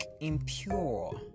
impure